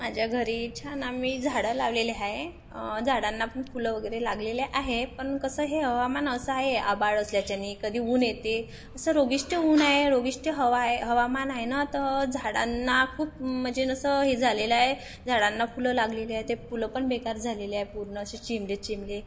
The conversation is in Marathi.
माझ्या घरी छान आम्ही झाडं लावलेले आहे झाडांना पण फुलं वगैरे लागलेले आहे पण कसं हे हवामान असं आहे आभाळ असल्याच्याने कधी ऊन येते असं रोगीष्ट ऊन आहे रोगिष्ट हवा आहे हवामान आहे ना तर झाडांना खूप म्हणजे असं हे झालेलं आहे झाडांना फुलं लागलेले आहे ते फुलं पण बेकार झालेले आहे पूर्ण असे चिमले चिमले